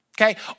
Okay